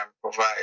provide